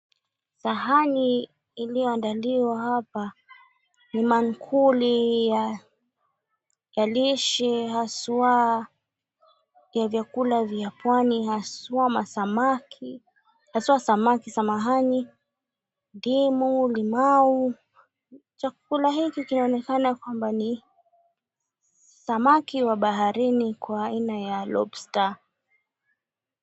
Sahani iliyoandaliwa hapa ni maankuli ya lishe hasa ya vyakula vya pwani haswa: samaki, ndimu, limau; chakula hiki kinaonekana kwamba ni samaki wa baharini kwa aina ya lobster .